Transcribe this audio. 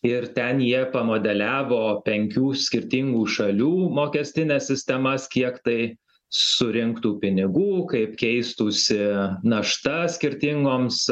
ir ten jie pamodeliavo penkių skirtingų šalių mokestines sistemas kiek tai surinktų pinigų kaip keistųsi našta skirtingoms